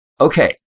okay